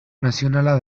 nazionala